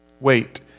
wait